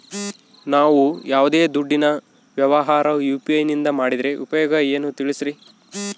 ನಾವು ಯಾವ್ದೇ ದುಡ್ಡಿನ ವ್ಯವಹಾರ ಯು.ಪಿ.ಐ ನಿಂದ ಮಾಡಿದ್ರೆ ಉಪಯೋಗ ಏನು ತಿಳಿಸ್ರಿ?